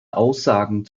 aussagen